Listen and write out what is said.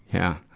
yeah.